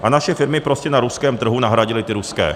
A naše firmy prostě na ruském trhu nahradily ty ruské.